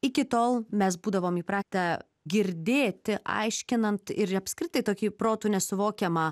iki tol mes būdavom įpratę girdėti aiškinant ir apskritai tokį protu nesuvokiamą